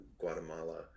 guatemala